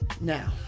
Now